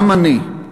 גם אני.